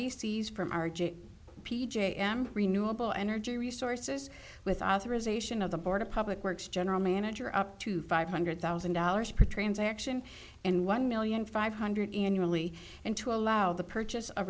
j m renewable energy resources with authorization of the board of public works general manager up to five hundred thousand dollars per transaction and one million five hundred annually and to allow the purchase